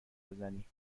بزنی